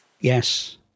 Yes